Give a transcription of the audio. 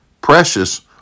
precious